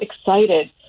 excited